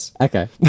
Okay